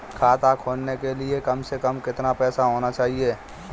खाता खोलने के लिए कम से कम कितना पैसा होना चाहिए?